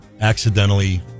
accidentally